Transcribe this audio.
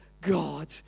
God